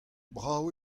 brav